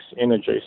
energy